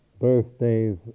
Birthdays